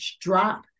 drop